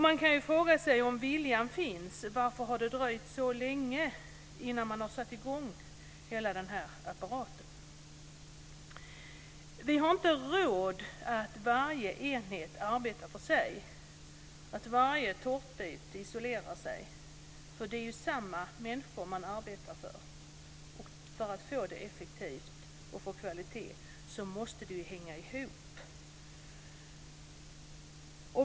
Man kan fråga sig: Om viljan finns, varför har det då dröjt så länge innan man har satt i gång hela apparaten? Vi har inte råd att låta varje enhet arbeta för sig, att varje tårtbit isolerar sig. Man arbetar ju för samma människor. För att det ska bli effektivt och för att man ska få en kvalitet måste det hänga ihop.